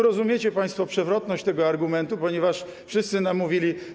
Rozumiecie państwo przewrotność tego argumentu, ponieważ wszyscy nam mówili: